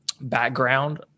background